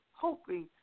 hoping